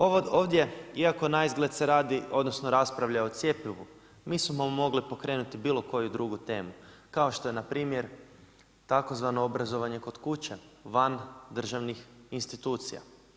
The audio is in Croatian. Ovdje iako se naizgled se radi odnosno raspravlja o cjepivu, mi smo mogli pokrenuti bilo koju drugu temu kao što je npr. obrazovanje kod kuće van državnih institucija.